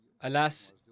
Alas